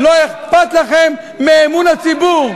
לא אכפת לכם מאמון הציבור.